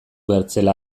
bertzela